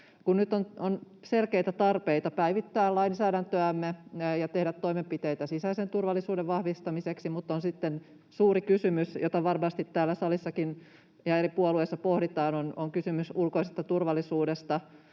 nyt on selkeitä tarpeita päivittää lainsäädäntöämme ja tehdä toimenpiteitä sisäisen turvallisuuden vahvistamiseksi, mutta sitten on suuri kysymys, jota varmasti täällä salissakin ja eri puolueissa pohditaan, kysymys ulkoisesta turvallisuudesta,